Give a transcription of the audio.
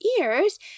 ears